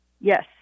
yes